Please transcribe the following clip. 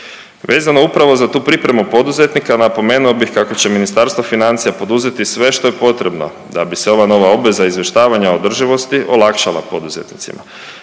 Vezano upravo za tu pripremu poduzetnika napomenuo bih kako će Ministarstvo financija poduzeti sve što je potrebno da bi se ova nova obveza izvještavanja održivosti olakšala poduzetnicima.